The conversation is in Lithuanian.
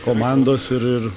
komandos ir ir